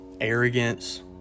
arrogance